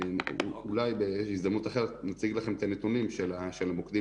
אולי בהזדמנות אחרת נציג לכם את הנתונים של המוקדים